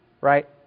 right